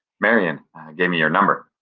marion gave me your number.